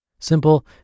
Simple